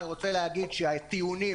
אני רוצה להגיד שהטיעונים,